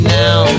now